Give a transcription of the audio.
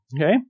Okay